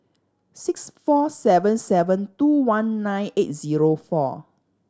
six four seven seven two one nine eight zero four